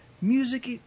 music